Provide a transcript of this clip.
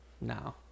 no